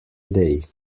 day